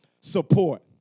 support